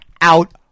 out